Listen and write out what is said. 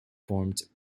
formed